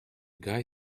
guy